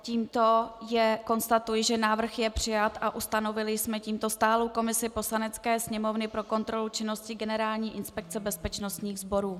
Tímto konstatuji, že návrh je přijat a ustanovili jsme tímto stálou komisi Poslanecké sněmovny pro kontrolu činnosti Generální inspekce bezpečnostních sborů.